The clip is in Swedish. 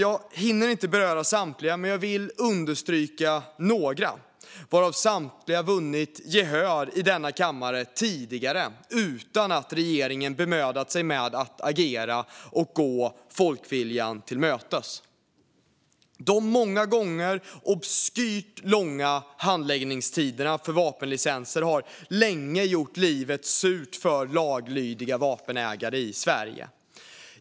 Jag hinner inte beröra samtliga, men jag vill understryka några som samtliga har vunnit gehör i denna kammare tidigare utan att regeringen bemödat sig med att agera och gå folkviljan till mötes. De många gånger absurt långa handläggningstiderna för vapenlicenser har länge gjort livet surt för laglydiga vapenägare i Sverige.